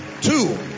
Two